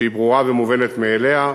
שהיא ברורה ומובנת מאליה,